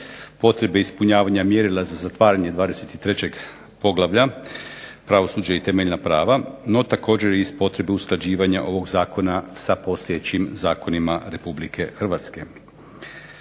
potrebe ispunjavanja mjerila za zatvaranje 23. poglavlja – Pravosuđe i temeljna prava. No, također i iz potrebe usklađivanja ovog zakona sa postojećim zakonima Republike Hrvatske.